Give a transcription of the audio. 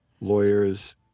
lawyers